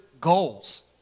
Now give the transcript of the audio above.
goals